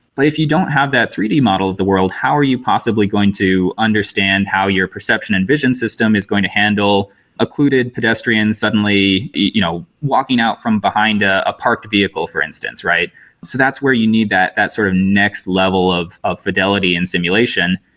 but if you don't have that three d model of the world, how are you possibly going to understand how your perception and vision system is going to handle occluded pedestrians suddenly you know walking out from behind a ah parked vehicle for instance? so that's where you need that that sort of next level of of fidelity and simulation,